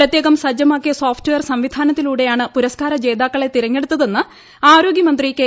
പ്രത്യേകം സജ്ജമാക്കിയ software സംവിധാനത്തിലൂടെയാണ് ജേതാക്കളെ തിരഞ്ഞെടുത്തതെന്ന് ആരോഗ്യമന്ത്രി കെ